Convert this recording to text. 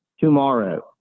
tomorrow